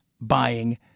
buying